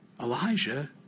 Elijah